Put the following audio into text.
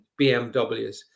BMWs